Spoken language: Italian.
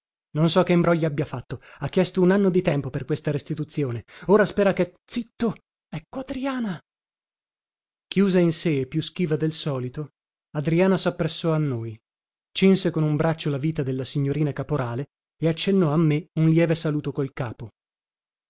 non so che imbrogli abbia fatto ha chiesto un anno di tempo per questa restituzione ora spera che zitto ecco adriana chiusa in sé e più schiva del solito adriana sappressò a noi cinse con un braccio la vita della signorina caporale e accennò a me un lieve saluto col capo